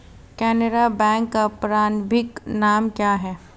Canara bank का प्रारंभिक नाम क्या था?